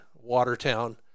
Watertown